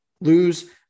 lose